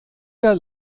der